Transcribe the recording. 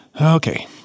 Okay